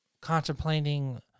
contemplating